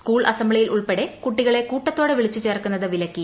school അസംബ്ലിയിൽ ഉൾപ്പെടെ കുട്ടികളെ കൂട്ടത്തോടെ വിളിച്ചു ചേർക്കുന്നത് വിലക്കി